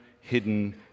hidden